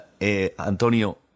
Antonio